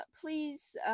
please